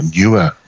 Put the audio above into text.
newer